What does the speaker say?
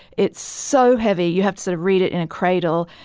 it's so heavy. you have to sort of read it in a cradle.